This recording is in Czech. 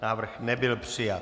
Návrh nebyl přijat.